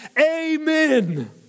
amen